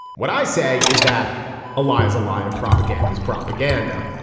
what i say is that a lie is a lie and propaganda is propaganda.